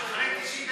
לא רק שלו.